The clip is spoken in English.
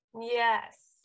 Yes